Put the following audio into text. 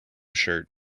shirt